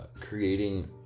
creating